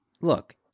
look